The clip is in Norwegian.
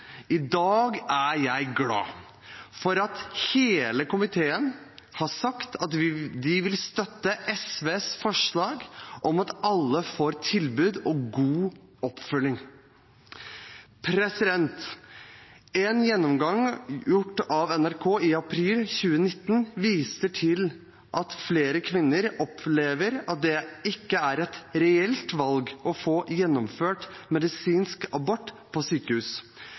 i dag er jeg glad for at hele komiteen har sagt at de vil støtte SVs forslag om at alle skal få et tilbud og god oppfølging. En gjennomgang gjort av NRK i april 2019 viser at flere kvinner opplever at det ikke er et reelt valg å få gjennomført medisinsk abort på sykehus,